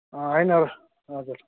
होइन हजुर